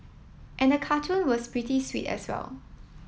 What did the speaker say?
and the cartoon was pretty sweet as well